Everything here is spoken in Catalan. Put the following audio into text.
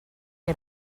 que